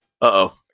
Uh-oh